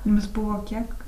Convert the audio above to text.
jums buvo kiek